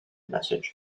message